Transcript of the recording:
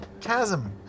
chasm